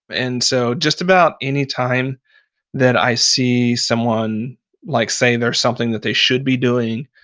and so, just about any time that i see someone like saying there's something that they should be doing,